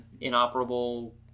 inoperable